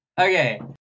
Okay